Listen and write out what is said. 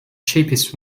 cheapest